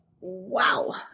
Wow